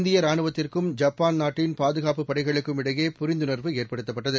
இந்தியரானுவத்திற்கும் Japan நாட்டின் கய பாதுகாப்பு படைகளுக்கும இடையே புரிந்துணர்வு ஏற்படுத்தப்பட்டது